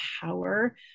power